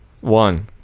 one